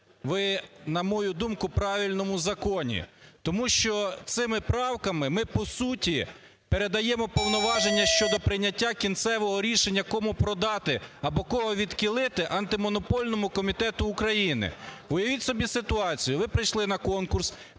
в, на мою думку, правильному законі. Тому що цими правками ми по суті передаємо повноваження щодо прийняття кінцевого рішення кому продати або кого відхилити антимонопольному комітету України. Уявіть собі ситуацію, ви прийшли на конкурс,